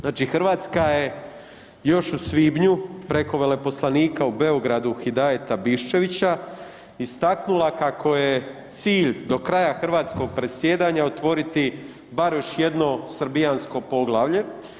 Znači Hrvatska je još u svibnju preko veleposlanika u Beogradu Hidajeta Biščevića istaknula kako je cilj do kraja hrvatskog predsjedanja otvoriti bar još jedno srbijansko poglavlje.